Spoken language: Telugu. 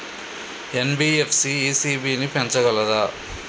ఎన్.బి.ఎఫ్.సి ఇ.సి.బి ని పెంచగలదా?